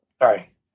Sorry